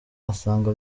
asanga